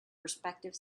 prospective